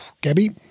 Gabby